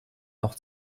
noch